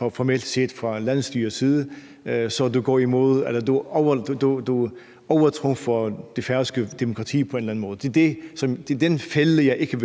om det fra landsstyrets side, og at jeg på en eller anden måde overtrumfer det færøske demokrati. Det er den fælde, jeg ikke